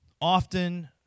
often